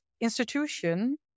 institution